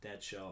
Deadshot